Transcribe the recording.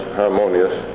harmonious